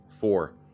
four